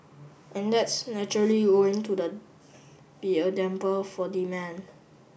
and that's naturally going to the be a damper for demand